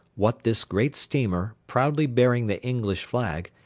what this great steamer, proudly bearing the english flag,